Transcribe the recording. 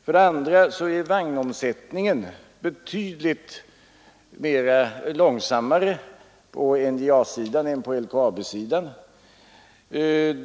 För det andra är vagnomsättningen långsammare på NJA-sidan än på LKAB sidan.